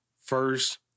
first